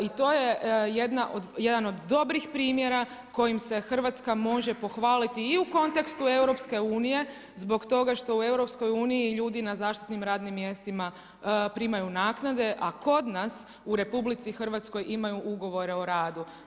I to je jedan od dobrih primjera kojim se Hrvatska može pohvaliti i u kontekstu EU zbog toga što u EU ljudi na zaštitnim radnim mjestima primaju naknade a kod nas u RH imaju ugovore o radu.